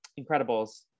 Incredibles